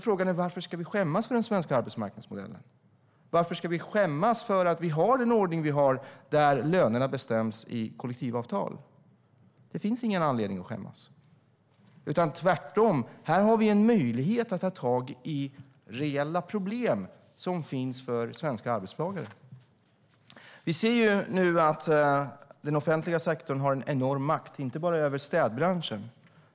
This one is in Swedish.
Frågan är: Varför ska vi skämmas för den svenska arbetsmarknadsmodellen? Varför ska vi skämmas för att vi har den ordning som vi har där lönerna bestäms i kollektivavtal? Det finns ingen anledning att skämmas. Tvärtom har vi här en möjlighet att ta tag i reella problem för svenska arbetstagare. Den offentliga sektorn har en enorm makt, inte bara över städbranschen.